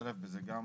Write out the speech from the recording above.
לשלב בזה גם